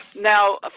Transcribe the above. Now